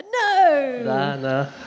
no